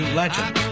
legend